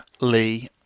Lee